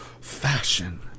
Fashion